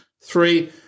Three